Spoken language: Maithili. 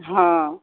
हँ